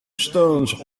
stones